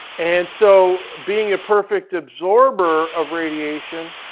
and so being a perfect absorber of radiation,